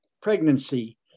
pregnancy